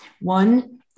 One